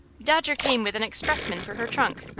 dodger came with an expressman for her trunk.